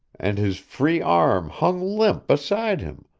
and his free arm hung limp beside him,